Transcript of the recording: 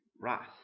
wrath